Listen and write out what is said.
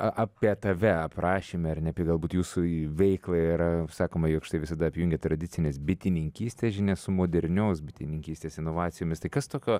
a apie tave aprašyme ar ne apie galbūt jūsų veiklą yra sakoma jog štai visada apjungiat tradicinės bitininkystės žinias su modernios bitininkystės inovacijomis tai kas tokio